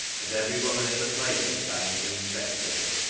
and every woman in the place was dying to inspect it,